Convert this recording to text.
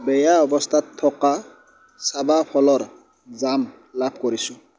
বেয়া অৱস্থাত থকা চাবা ফলৰ জাম লাভ কৰিছোঁ